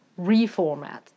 reformat